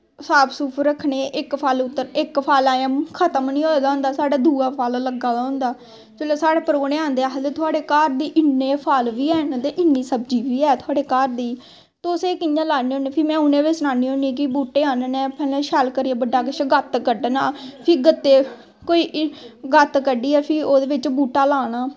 साफ सूफ रक्खने इक फल अजैं खत्म नी होए दा होंदा साढ़ै दूआ फल लग्गा दा होंदा जिसलै साढ़े घर परौह्ने आंदे ते आखदे थोआढ़े घर इन्ने फल बी हैन ते इन्नी सब्जी बी है थोआढ़े घर दी तुस एह् कियां लान्ने होन्ने फ्ही में उनें गी बी सनान्नी होन्नी कि बूह्टे आह्नने पैह्लैं शैल करियै बड्डा किश गत्त क'ड्ढना फ्ही गत्ते च कोई गत्त कड्ढियै फ्ही ओह्दे च बूह्टा लाना